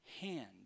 hand